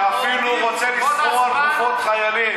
שאפילו רוצה לסחור בגופות חיילים.